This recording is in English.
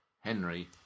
Henry